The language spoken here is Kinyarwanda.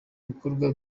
gukorwa